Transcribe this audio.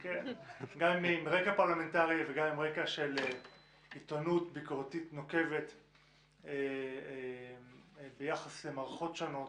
רקע פרלמנטרי וגם עם רקע של עיתונות ביקורתית נוקבת ביחס למערכות שונות.